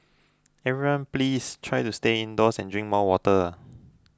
everyone please try to stay indoors and drink more water